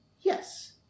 yes